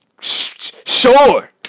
Sure